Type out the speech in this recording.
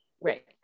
right